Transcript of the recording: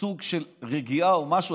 סוג של רגיעה או משהו.